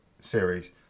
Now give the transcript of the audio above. series